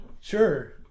Sure